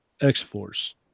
X-Force